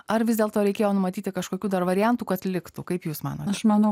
ar vis dėlto reikėjo numatyti kažkokių dar variantų kad liktų kaip jūs manote aš manau